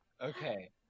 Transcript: Okay